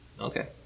Okay